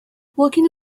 walking